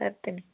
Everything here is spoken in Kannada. ಬರ್ತೀನಿ